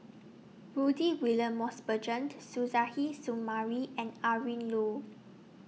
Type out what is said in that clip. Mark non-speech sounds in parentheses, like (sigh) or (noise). Rudy William Mosbergen (unintelligible) Suzairhe Sumari and Adrin Loi